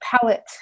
palette